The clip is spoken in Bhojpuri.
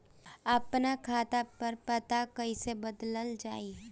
आपन खाता पर पता कईसे बदलल जाई?